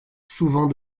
souvent